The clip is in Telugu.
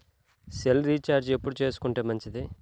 సెల్ రీఛార్జి ఎప్పుడు చేసుకొంటే మంచిది?